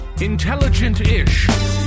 Intelligent-ish